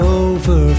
over